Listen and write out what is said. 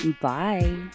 bye